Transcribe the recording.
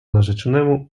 narzeczonemu